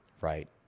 right